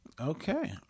Okay